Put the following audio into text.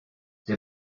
der